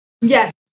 Yes